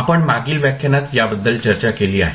आपण मागील व्याख्यानात याबद्दल चर्चा केली आहे